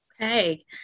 Okay